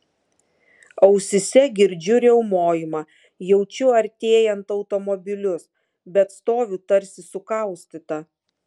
ausyse girdžiu riaumojimą jaučiu artėjant automobilius bet stoviu tarsi sukaustyta